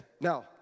Now